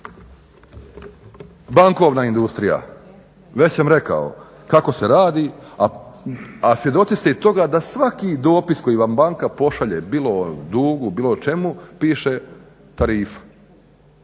Bankovna industrija, već sam rekao kako se radi, a svjedoci ste i toga da svaki dopis koji vam banka pošalje bilo o dugu, bilo o čemu, piše tarifa,